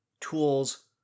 tools